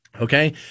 Okay